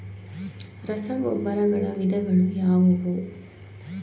ರಸಗೊಬ್ಬರಗಳ ವಿಧಗಳು ಯಾವುವು?